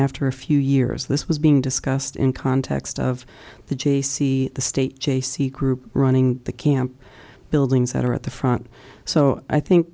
after a few years this was being discussed in context of the j c the state j c group running the camp buildings that are at the front so i think